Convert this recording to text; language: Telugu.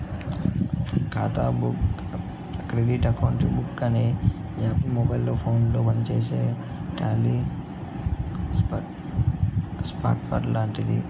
ఖాతా బుక్ క్రెడిట్ అకౌంట్ బుక్ అనే యాప్ మొబైల్ ఫోనుల పనిచేసే టాలీ సాఫ్ట్వేర్ లాంటిది